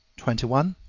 twenty one.